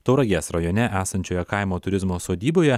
tauragės rajone esančioje kaimo turizmo sodyboje